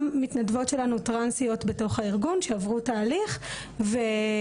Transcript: גם מתנדבות שלנו טרנסיות בתוך הארגון שעברו תהליך וגם